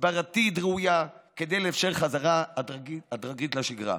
הסברתית ראויה, כדי לאפשר חזרה הדרגתית לשגרה.